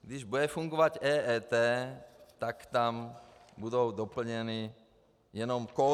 Když bude fungovat EET, tak tam budou doplněny jenom kódy.